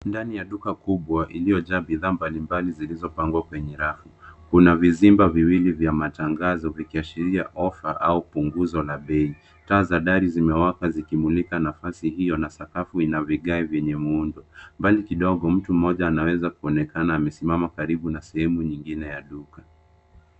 Ndani ya duka kubwa iliyo jaa bidhaa mbalimbali zilizopangwa kwenye rafu. Kuna vizimba viwili vya matangazo vikiashiria ofa au punguzo la bei. Taa za dari zimewaka zikimulika nafasi hiyo na sakafu ina vigae vyenye muundo. Mbali kidogo mtu mmoja anaweza kuonekana amesimama karibu na sehemu nyingine ya duka.